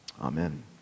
Amen